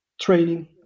training